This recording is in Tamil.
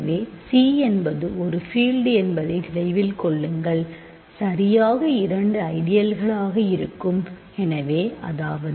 எனவே C என்பது ஒரு பில்ட்டு என்பதை நினைவில் கொள்ளுங்கள் சரியாக இரண்டு ஐடியல்கள் ஆக இருக்கும் எனவே அதாவது 0 ஐடியல் மற்றும் C